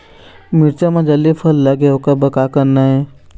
मिरचा म जल्दी फल लगे ओकर बर का करना ये?